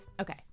Okay